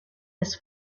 his